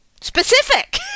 specific